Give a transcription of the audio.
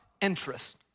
interest